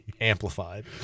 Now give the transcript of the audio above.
Amplified